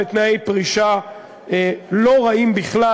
בתנאי פרישה לא רעים בכלל.